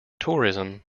tourism